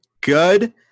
good